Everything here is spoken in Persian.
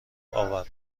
اوردم